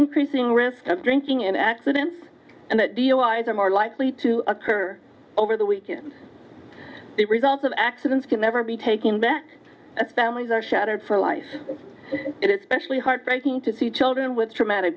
increasing risk of drinking and accidents and the allies are more likely to occur over the weekend the results of accidents can never be taken back families are shattered for life it is specially heartbreaking to see children with traumatic